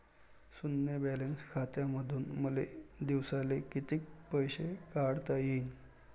शुन्य बॅलन्स खात्यामंधून मले दिवसाले कितीक पैसे काढता येईन?